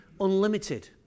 unlimited